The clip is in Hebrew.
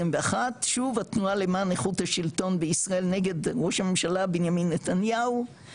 שוב התנועה למען איכות השלטון בישראל נגד ראש הממשלה בנימין נתניהו,